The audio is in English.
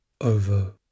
over